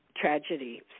tragedy